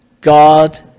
God